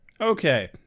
Okay